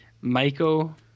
Michael